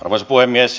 arvoisa puhemies